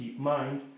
DeepMind